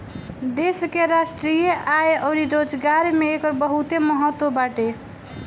देश के राष्ट्रीय आय अउरी रोजगार में एकर बहुते महत्व बाटे